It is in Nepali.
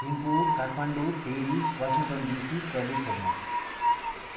Thimphu Kathmandu Paris Washington DC California